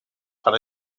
tan